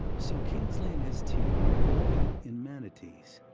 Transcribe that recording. so kingsley and his team went looking in manatees,